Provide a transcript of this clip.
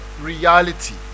reality